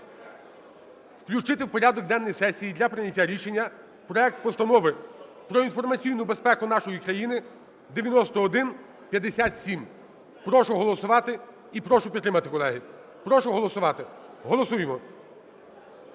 включити в порядок денний сесії для прийняття рішення проект Постанови про інформаційну безпеку нашої країни (9157). Прошу голосувати і прошу підтримати, колеги. Прошу голосувати, голосуємо.